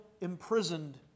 imprisoned